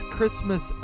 Christmas